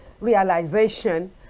realization